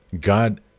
God